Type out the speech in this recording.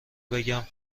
بگم